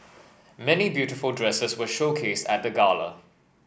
many beautiful dresses were showcased at the gala